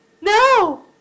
No